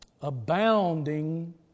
abounding